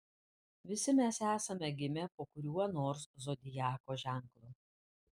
visi mes esame gimę po kuriuo nors zodiako ženklu